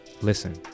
Listen